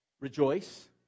Rejoice